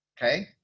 Okay